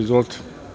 Izvolite.